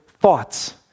thoughts